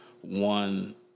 one